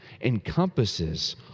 encompasses